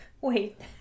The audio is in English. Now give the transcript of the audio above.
wait